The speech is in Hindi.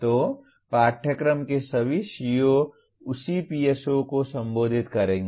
तो पाठ्यक्रम के सभी CO उसी PSO को संबोधित करेंगे